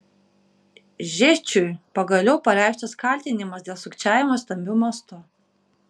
žėčiui pagaliau pareikštas kaltinimas dėl sukčiavimo stambiu mastu